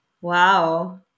Wow